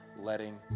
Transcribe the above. letting